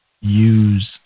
use